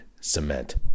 cement